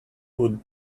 would